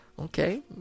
Okay